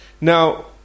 Now